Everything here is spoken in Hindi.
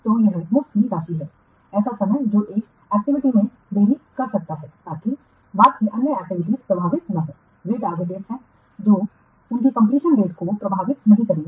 तो यह मुफ्त की राशि है ऐसा समय जो एक एक्टिविटी में देरी कर सकता है ताकि बाद की अन्य एक्टिविटीज प्रभावित न हों वे टारगेट डेटस हैं जो उनकी कंपलीशन डेटस को प्रभावित नहीं करेंगी